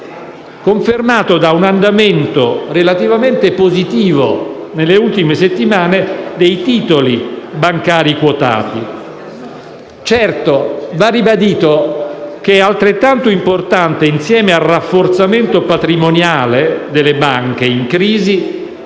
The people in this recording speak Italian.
confermato da un andamento relativamente positivo nelle ultime settimane dei titoli bancari quotati. Certo, va ribadito che è altrettanto importante, insieme al rafforzamento patrimoniale delle banche in crisi,